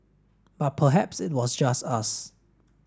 but perhaps it was just us